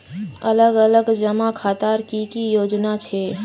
अलग अलग जमा खातार की की योजना छे?